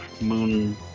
Moon